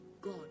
god